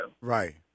Right